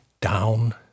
down